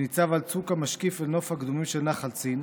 שניצב על צוק המשקיף לנוף הקדומים של נחל צין,